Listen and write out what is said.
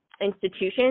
institutions